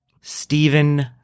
Stephen